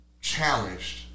challenged